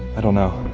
i don't know.